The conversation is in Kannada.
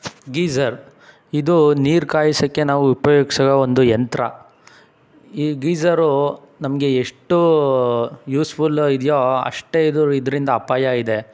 ಗೀಝರ್ ಇದು ನೀರು ಕಾಯ್ಸೋಕ್ಕೆ ನಾವು ಉಪಯೋಗಿಸುವ ಒಂದು ಯಂತ್ರ ಈ ಗೀಝರು ನಮಗೆ ಎಷ್ಟು ಯೂಸ್ಫುಲು ಇದೆಯೋ ಅಷ್ಟೇ ಇದು ಇದರಿಂದ ಅಪಾಯ ಇದೆ